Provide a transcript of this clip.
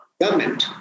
government